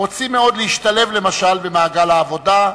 רוצים מאוד להשתלב, למשל במעגל העבודה,